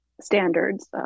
standards